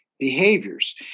behaviors